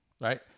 right